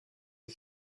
est